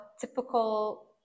typical